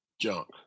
junk